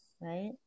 Right